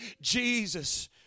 Jesus